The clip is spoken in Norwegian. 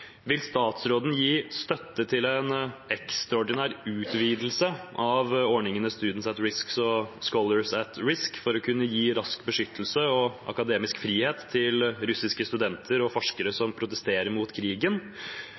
Vil statsråden gi støtte til en ekstraordinær utvidelse av ordningene Students at Risk og Scholars at Risk for å kunne gi rask beskyttelse og akademisk frihet til russiske studenter og forskere som protesterer mot krigen,